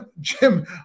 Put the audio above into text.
Jim